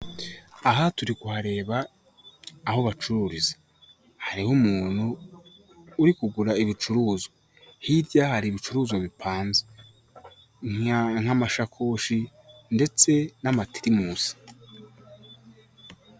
Aha turi kuhareba aho bacururiza, hariho umuntu uri kugura ibicuruzwa, hirya hari ibicuruzwa bipanze nk'amashakoshi ndetse n'amatirimusi.